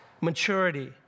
maturity